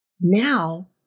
Now